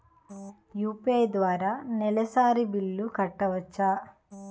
UPI ద్వారా నెలసరి బిల్లులు కట్టవచ్చా?